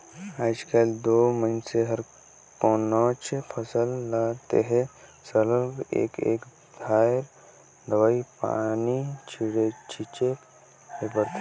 आएज काएल दो मइनसे हर कोनोच फसिल ल लेहे सरलग एक न एक धाएर दवई पानी छींचेच ले परथे